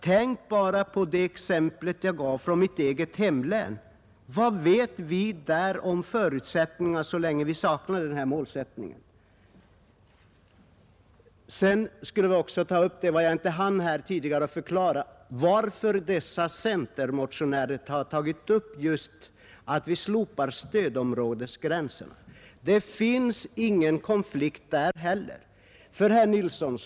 Tänk bara på det exempel jag gav från mitt eget hemlän — vad vet vi där om förutsättningarna så länge vi saknar den här målsättningen? I mitt tidigare anförande hann jag inte med att förklara varför motionärer från centerpartiet tagit upp frågan om slopandet av stödområdesgränserna. Det finns ingen konflikt på den punkten.